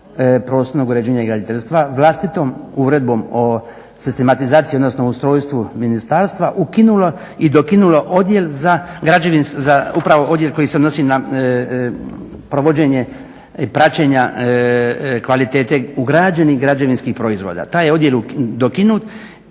prostornog uređenja i graditeljstva vlastitom uredbom o sistematizaciji, odnosno ustrojstvu ministarstva ukinulo i dokinulo odjel za, upravo odjel koji se odnosi na provođenje praćenja kvalitete ugrađenih građevinskih proizvoda. Taj je odjel dokinut